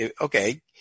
okay